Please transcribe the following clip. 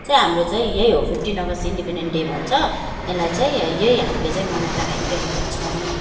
चाहिँ हाम्रो चाहिँ यही हो फिफ्टिन अगस्त चाहिँ इन्डिपेन्डेन्ट डे भन्छ यसलाई चाहिँ यही हामीले चाहिँ मनाएर आइरहेको छौँ